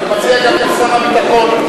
אני חושב שההצעה שלך טובה,